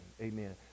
Amen